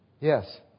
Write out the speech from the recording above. Yes